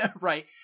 Right